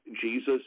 Jesus